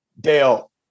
Dale